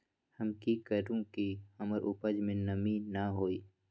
हम की करू की हमर उपज में नमी न होए?